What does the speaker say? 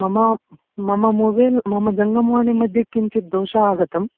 मम मम मोवैल् मम जङ्गमवाणिमध्ये किञ्चित् दोषः आगतः